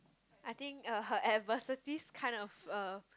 I think uh her adversities kind of uh